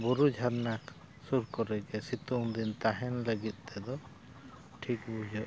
ᱵᱩᱨᱩ ᱡᱷᱟᱨᱱᱟ ᱥᱩᱨ ᱠᱚᱨᱮ ᱜᱮ ᱥᱤᱛᱩᱝ ᱫᱤᱱ ᱛᱟᱦᱮᱱ ᱞᱟᱹᱜᱤᱫ ᱛᱮᱫᱚ ᱴᱷᱤᱠ ᱵᱩᱡᱷᱟᱹᱜᱼᱟ